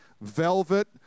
velvet